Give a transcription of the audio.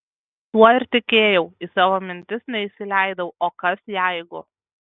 tuo ir tikėjau į savo mintis neįsileidau o kas jeigu